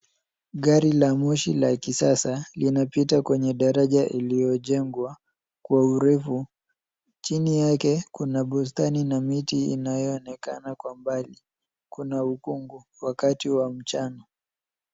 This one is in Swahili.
Gari la moshi la kisasa linapita kwenye daraja iliyojengwa kwa urefu chini yake kuna bustani na miti inayoonekana kwa mbali. Kuna ukungu wakati wa mchana.